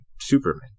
Superman